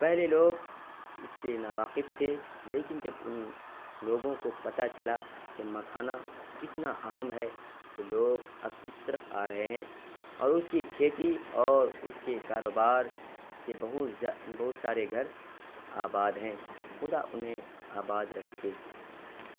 پہلے لوگ اس سے ناواقف تھے لیکن جب ان لوگوں کو پتہ چلا کہ مکھانا کتنا اہم ہے تو لوگ اب اس طرف آ رہے ہیں اور اس کی کھیتی اور اس کے کاروبار سے بہت بہت سارے گھر آباد ہیں خدا انہیں آباد رکھے